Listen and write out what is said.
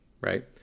Right